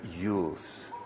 use